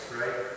right